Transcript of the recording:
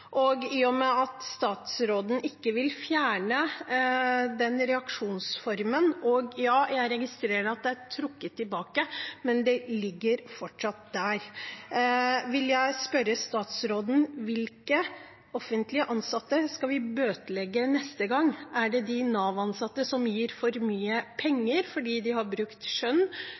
I og med at statsråden ikke vil fjerne denne reaksjonsformen – ja, jeg registrerer at det er trukket tilbake, men det ligger fortsatt der – vil jeg spørre statsråden: Hvilke offentlig ansatte skal vi bøtelegge neste gang? Er det de Nav-ansatte som gir for mye penger fordi de har brukt skjønn